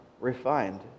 refined